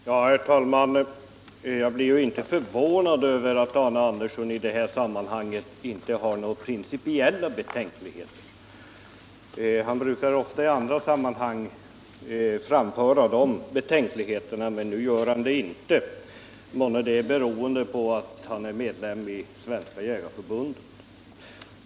Herr talman! Jag blev inte förvånad över att Arne Andersson i Ljung i det här sammanhanget inte har några principiella betänkligheter. Visserligen brukar han i andra sammanhang framföra sådana betänkligheter, men nu gör han det inte. Månne det beror på att han är medlem i Svenska jägareförbundet?